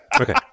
Okay